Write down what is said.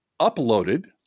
uploaded